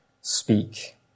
speak